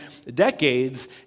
decades